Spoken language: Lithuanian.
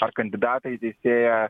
ar kandidatą į teisėją